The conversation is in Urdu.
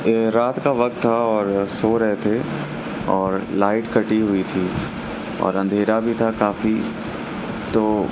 کہ رات کا وقت تھا اور سو رہے تھے اور لائٹ کٹی ہوئی تھی اور اندھیرا بھی تھا کافی تو